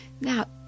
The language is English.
Now